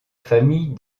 famille